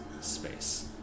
space